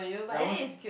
I almost